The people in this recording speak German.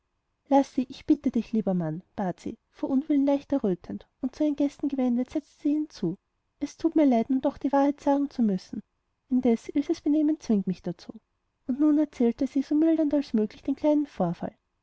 laß sie ich bitte dich lieber mann bat sie vor unwillen leicht errötend und zu den gästen gewendet setzte sie hinzu es thut mir leid nun doch die wahrheit sagen zu müssen indes ilses benehmen zwingt mich dazu und sie erzählte so mildernd als möglich den kleinen vorfall